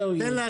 תודה.